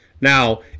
Now